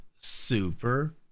super